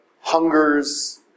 hungers